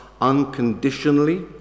unconditionally